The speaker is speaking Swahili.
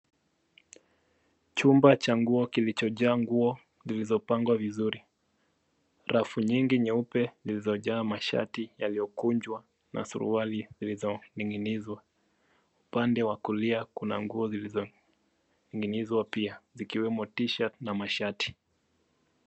Chumba cha nguo kilichojaa nguo zilizopangwa vizuri. Rafu nyingi nyeupe zilizojaa mashati yaliyokunjwa na suruali zilizoning'inizwa. Upande wa kulia kuna nguo zilizoning'inzwa pia zikiwemo t-shirt na mashati.